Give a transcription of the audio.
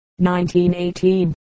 1918